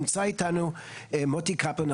נמצא איתנו מוטי קפלן ,